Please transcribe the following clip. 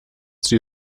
sie